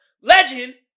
Legend